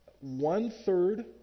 one-third